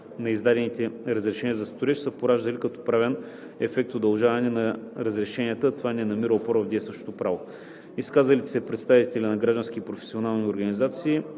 на издадените разрешения за строеж са пораждали като правен ефект удължаването на разрешенията, а това не намира опора в действащото право. Изказалите се представители на граждански и професионални организации